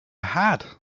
had